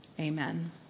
Amen